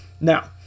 Now